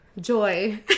joy